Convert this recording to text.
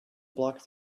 block